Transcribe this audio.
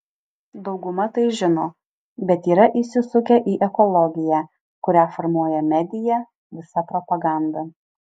dauguma tai žino bet yra įsisukę į ekologiją kurią formuoja medija visa propaganda